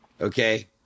Okay